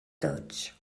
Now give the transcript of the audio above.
dodge